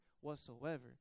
whatsoever